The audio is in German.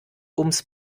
ums